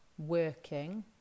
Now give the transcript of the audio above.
working